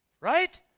Right